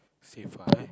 safe right